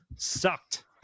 Sucked